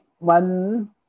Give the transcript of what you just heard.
One